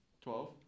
Twelve